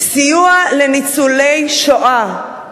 סיוע לניצולי השואה,